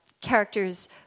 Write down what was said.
characters